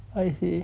I see